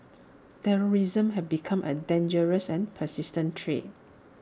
terrorism has become A dangerous and persistent threat